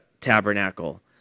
tabernacle